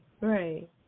right